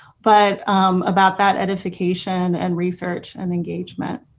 but about that edification and research and engagement.